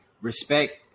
respect